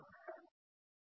ಪ್ರತಾಪ್ ಹರಿಡೋಸ್ ಸರಿ